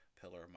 pillar